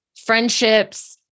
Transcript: friendships